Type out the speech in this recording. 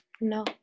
no